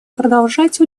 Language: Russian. продолжать